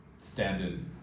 Standard